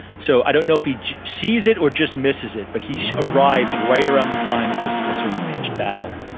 so i don't know if he sees it or just misses it, but he arrives right around the time of this this sort of pitched battle,